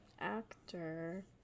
Actor